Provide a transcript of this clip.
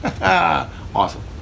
Awesome